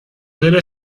debe